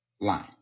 line